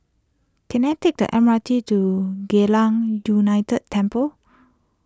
can I take the M R T to Geylang United Temple